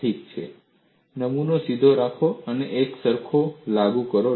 ઠીક છે નમૂનો સીધો રાખો અને તેને એકસરખો લાગુ કરો